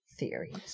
theories